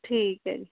ਠੀਕ ਹੈ ਜੀ